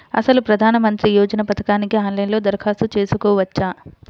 అసలు ప్రధాన మంత్రి యోజన పథకానికి ఆన్లైన్లో దరఖాస్తు చేసుకోవచ్చా?